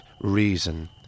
reason